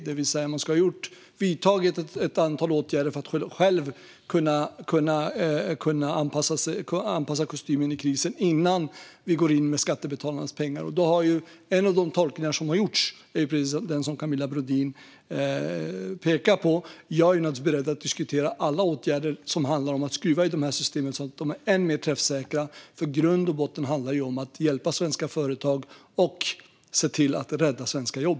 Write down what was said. Man ska alltså själv ha vidtagit ett antal åtgärder för att anpassa kostymen i krisen innan vi går in med skattebetalarnas pengar. En av de tolkningar som har gjorts är precis den som Camilla Brodin pekar på. Jag är naturligtvis beredd att diskutera alla åtgärder som handlar om att skruva i dessa system så att de blir än mer träffsäkra. I grund och botten handlar det om att hjälpa svenska företag och se till att rädda svenska jobb.